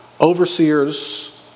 Overseers